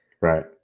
Right